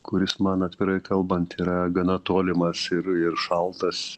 kuris man atvirai kalbant yra gana tolimas ir ir šaltas